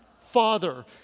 Father